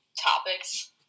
topics